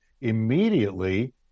immediately